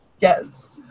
Yes